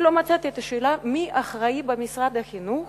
לא מצאתי את השאלה מי האחראי במשרד החינוך